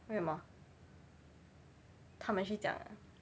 为什么他们去讲 ah